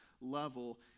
level